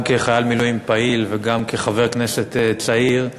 גם כחייל מילואים פעיל וגם כחבר כנסת צעיר,